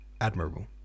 admirable